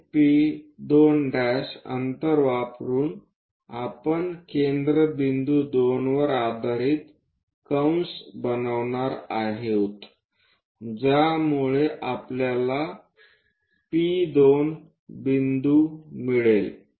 हे P2 अंतर वापरुन आपण केंद्रबिंदू 2 वर आधारित कंस बनवणार आहोत ज्यामुळे आपल्याला P2 बिंदू मिळेल